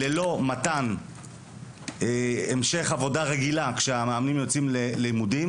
ללא מתן המשך עבודה רגילה כשהמאמנים יוצאים ללימודים